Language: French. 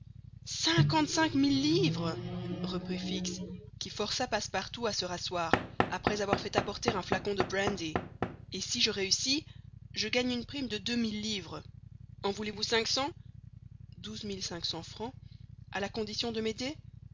cinquante-cinq mille livres reprit fix qui força passepartout à se rasseoir après avoir fait apporter un flacon de brandy et si je réussis je gagne une prime de deux mille livres en voulez-vous cinq cents à la condition de m'aider